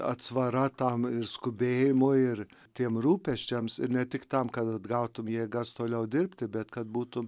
atsvara tam skubėjimui ir tiem rūpesčiams ir ne tik tam kad atgautum jėgas toliau dirbti bet kad būtum